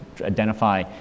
identify